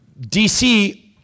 DC